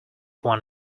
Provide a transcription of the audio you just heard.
one